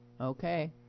Okay